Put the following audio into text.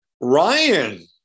Ryan